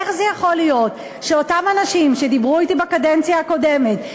איך זה יכול להיות שאותם אנשים שדיברו אתי בקדנציה הקודמת,